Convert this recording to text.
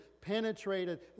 penetrated